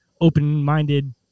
open-minded